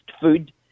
food